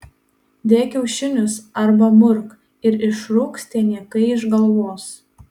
dėk kiaušinius arba murk ir išrūks tie niekai iš galvos